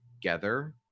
together